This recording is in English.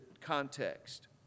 context